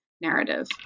narrative